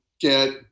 get